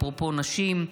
אפרופו נשים,